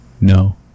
No